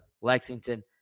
Lexington